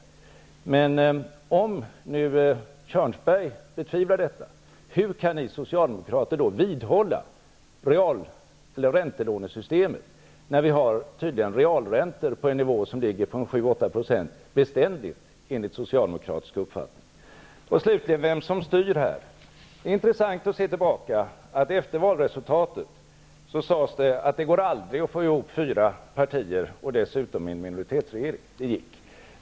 Om nu Arne Kjörnsberg betvivlar detta, hur kan ni socialdemokrater vidhålla räntelånesystemet när vi tydligen har en realränta på 7--8 % beständigt enligt socialdemokratisk uppfattning? Slutligen: Vem är det som styr här? Det är intressant att se tillbaka. Efter valresultatet sades det att det aldrig kommer att gå att få ihop fyra partier, dessutom i en minoritetsregering. Det gick.